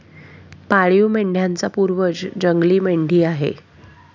पाळीव मेंढ्यांचा पूर्वज जंगली मेंढी आहे